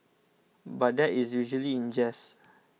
but that is usually in jest